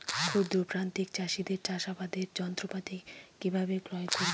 ক্ষুদ্র প্রান্তিক চাষীদের চাষাবাদের যন্ত্রপাতি কিভাবে ক্রয় করব?